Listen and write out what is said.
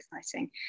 exciting